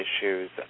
issues